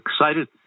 excited